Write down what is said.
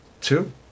Two